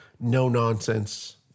no-nonsense